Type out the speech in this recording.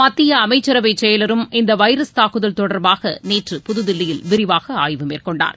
மத்திய அமைச்சரவைச் செயலரும் இந்த வைரஸ் தாக்குதல் தொடர்பாகநேற்று புதுதில்லியில் விரிவாக ஆய்வு மேற்கொண்டார்